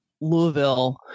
Louisville